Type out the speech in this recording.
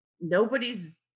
nobody's